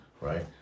Right